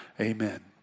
amen